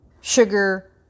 sugar